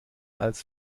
als